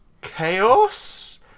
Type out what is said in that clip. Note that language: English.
Chaos